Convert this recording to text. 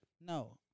No